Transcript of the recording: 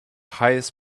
highest